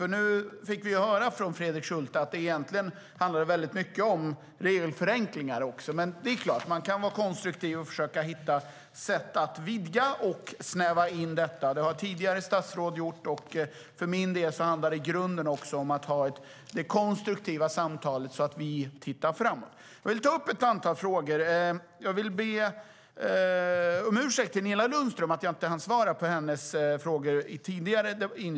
Jag vill ta upp ett antal frågor. Till Nina Lundström vill jag framföra en ursäkt för att jag inte hann svara på hennes frågor tidigare.